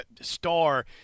star